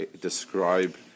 describe